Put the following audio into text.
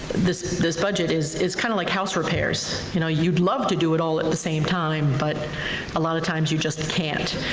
this this budget is is kind of like house repairs. you know, you'd love to do it all at the same time, but a lot of times you just can't.